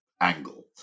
angle